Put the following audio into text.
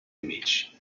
amici